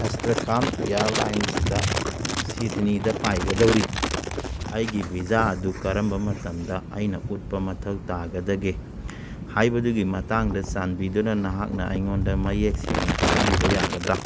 ꯑꯦꯁꯇ꯭ꯔꯈꯥꯟ ꯏꯌꯥꯔꯂꯥꯟꯁꯇ ꯁꯤꯗꯅꯤꯗ ꯄꯥꯏꯒꯗꯧꯔꯤ ꯑꯩꯒꯤ ꯚꯤꯖꯥ ꯑꯗꯨ ꯀꯔꯝꯕ ꯃꯇꯝꯗ ꯑꯩꯅ ꯎꯠꯄ ꯃꯊꯧ ꯇꯥꯒꯗꯒꯦ ꯍꯥꯏꯕꯗꯨꯒꯤ ꯃꯇꯥꯡꯗ ꯆꯥꯟꯕꯤꯗꯨꯅ ꯅꯍꯥꯛꯅ ꯑꯩꯉꯣꯟꯗ ꯃꯌꯦꯡ ꯁꯦꯡꯅ ꯍꯥꯏꯕꯤꯕ ꯌꯥꯒꯗ꯭ꯔꯥ